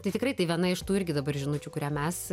tai tikrai tai viena iš tų irgi dabar žinučių kurią mes